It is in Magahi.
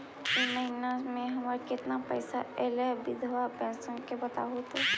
इ महिना मे हमर केतना पैसा ऐले हे बिधबा पेंसन के बताहु तो?